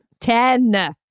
Ten